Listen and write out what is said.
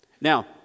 Now